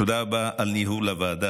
תודה רבה על ניהול הוועדה,